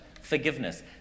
forgiveness